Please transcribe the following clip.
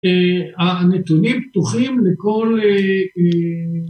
הנתונים פתוחים לכל...